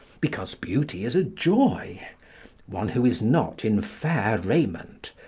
because beauty is a joy one who is not in fair raiment,